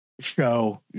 show